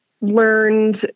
learned